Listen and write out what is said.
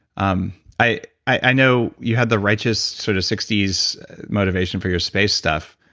um i i know you had the righteous sort of sixties motivation for your space stuff.